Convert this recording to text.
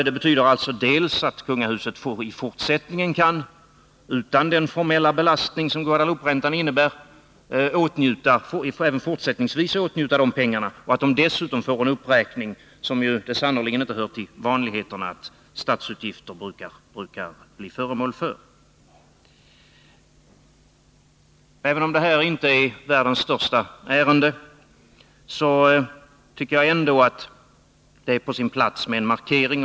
Det betyder att kungahuset dels, utan den formella belastning som Guadelouperäntan innebar, också fortsättningsvis kan åtnjuta dessa pengar, dels får en uppräkning av sitt anslag, vilket sannerligen inte hör till vanligheterna att statsutgifterna blir föremål för. Även om detta inte är världens största ärende, är det ändå på sin plats med en markering.